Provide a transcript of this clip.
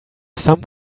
some